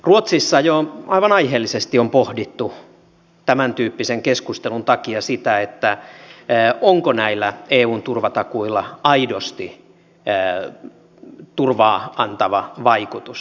ruotsissa jo aivan aiheellisesti on pohdittu tämäntyyppisen keskustelun takia sitä onko näillä eun turvatakuilla aidosti turvaa antava vaikutus